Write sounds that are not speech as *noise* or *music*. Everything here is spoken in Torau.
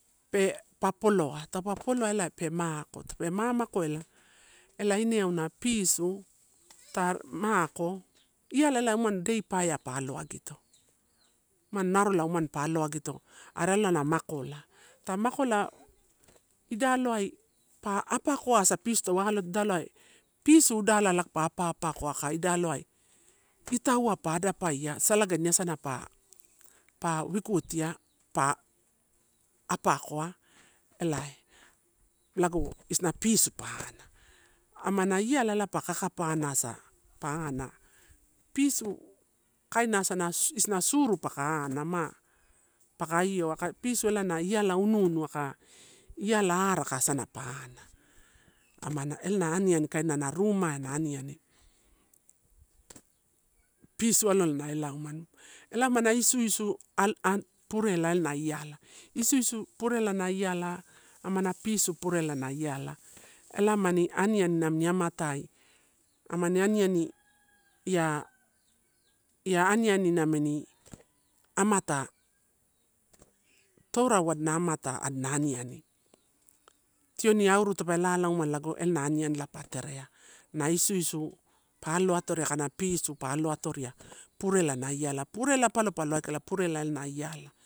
Pe pa poloa, taupa poloa elae pe mako, tape mamako lela, ela ine auna pisu ta mako, ialo umado dai paeai pa aloa gito. Umano narola mualoa gito are ela na niako la. Ta mako ida loai pa apakoa pisu ida loai itauai pa adapaia salagani asana pa wikutia pa apakoa elae lago isina pisu pa ana. Amana iala ela pa kaka panasa pa ana, pisu kaina asana suru pa ana ma aioua, pisu ela na iala unuunu aka iala araka asana pa ana, amana ela na aninai kaina na rumai na aniani. Pisu alola na ela umano ela emana isuisu *unintelligible* purela na iala, isuisu purela na iala, amana pisu purela na iala ela amaniani ani amini amatai, amani aniani ia, ia aniani namini amata torau a mata adina aniani. Tioni auru pe lalauma ela lago ena aniani elae pa terea na isuisu pa aloatovia, aka na pisu pa aloatovia purela na iala purela palopalo aikala purela ela na iala